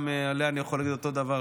גם עליה אני יכול להגיד אותו דבר,